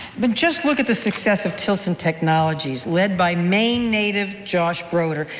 but just look at the success of tilson technologies, led by maine native josh broder.